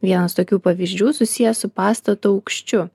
vienas tokių pavyzdžių susijęs su pastato aukščiu